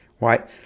right